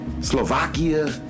Slovakia